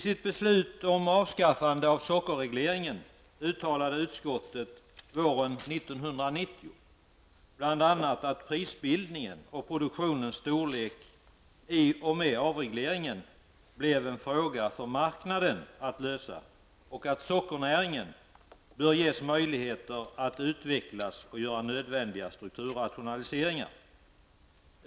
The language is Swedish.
Vid beslutet om avskaffande av sockerregleringen uttalade utskottet våren 1990 bl.a. att prisbildningen och produktionens storlek i och med avregleringen blev en fråga för marknaden att lösa och att sockernäringen borde ges möjligheter att utvecklas och göra nödvändiga strukturrationaliseringar.